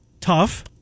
Tough